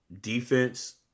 defense